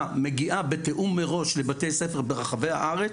מגיעה בתיאום מראש לבתי ספר ברחבי הארץ,